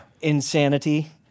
insanity